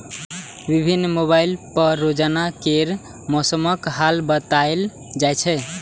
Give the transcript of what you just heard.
विभिन्न mobile app पर रोजाना केर मौसमक हाल बताएल जाए छै